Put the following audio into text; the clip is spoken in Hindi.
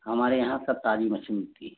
हमारे यहाँ सब ताज़ी मछली मिलती है